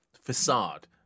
facade